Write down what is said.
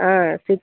ಹಾಂ ಸಿಕ್